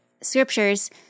scriptures